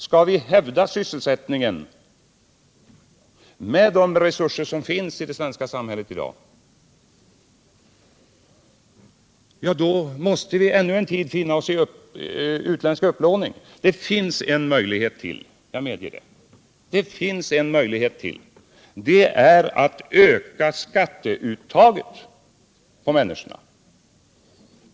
Skall vi hävda sysselsättningen med de resurser som finns i det svenska samhället i dag måste vi ännu en tid finna oss i utländsk upplåning. Det finns en möjlighet till, och det är att öka skatteuttaget på människorna.